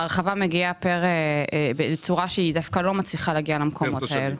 ההרחבה מגיעה בצורה שהיא דווקא לא מצליחה להגיע למקומות האלה.